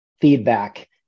feedback